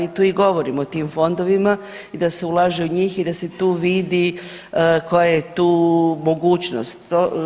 Tu i govorimo o tim fondovima i da se ulaže u njih i da se tu vidi koja je tu mogućnost.